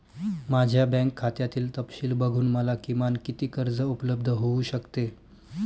माझ्या बँक खात्यातील तपशील बघून मला किमान किती कर्ज उपलब्ध होऊ शकते?